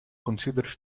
considers